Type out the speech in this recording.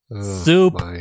soup